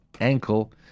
ankle